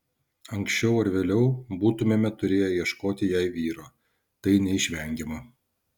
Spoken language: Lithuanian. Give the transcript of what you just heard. anksčiau ar vėliau būtumėme turėję ieškoti jai vyro tai neišvengiama